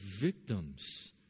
victims